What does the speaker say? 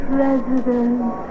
President